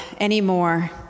anymore